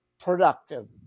productive